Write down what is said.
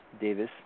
Davis